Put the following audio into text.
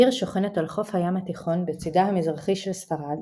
העיר שוכנת על חוף הים התיכון בצדה המזרחי של ספרד,